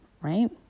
right